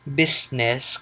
business